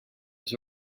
was